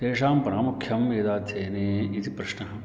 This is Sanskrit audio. तेषां प्रामुख्यं वेदाध्ययने इति प्रश्नः